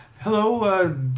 Hello